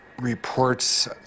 reports